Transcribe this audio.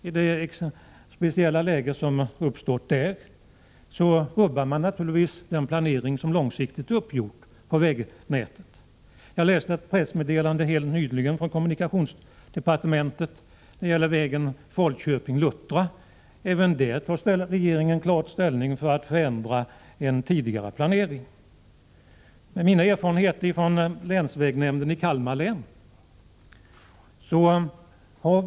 I den speciella situation som har uppstått där rubbas naturligtvis den långsiktiga planeringen beträffande vägnätet. Jag läste helt nyligen ett pressmeddelande från kommunikationsdepartementet rörande vägen Falköping-Luttra. Även där tar regeringen klar ställning för en ändring av den tidigare planeringen. Jag har erfarenheter från länsvägnämnden i Kalmar län.